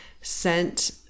sent